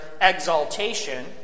exaltation